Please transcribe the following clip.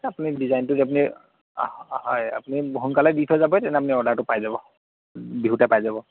আপুনি ডিজাইনটো আপুনি হয় আপুনি সোনকালে দি থৈ যাব আপুনি অৰ্ডাৰটো পাই যাব বিহুতে পাই যাব